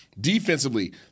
defensively